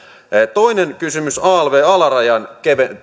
toinen kysymys alv alarajan